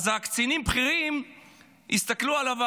אז הקצינים הבכירים הסתכלו עליו ואמרו: